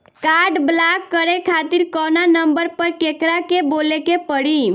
Card block करे खातिर कवना नंबर पर केकरा के बोले के परी?